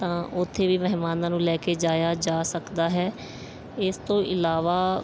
ਤਾਂ ਉੱਥੇ ਵੀ ਮਹਿਮਾਨਾਂ ਨੂੰ ਲੈ ਕੇ ਜਾਇਆ ਜਾ ਸਕਦਾ ਹੈ ਇਸ ਤੋਂ ਇਲਾਵਾ